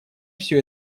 все